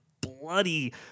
bloody